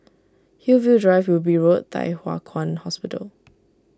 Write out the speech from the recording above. Hillview Drive Wilby Road Thye Hua Kwan Hospital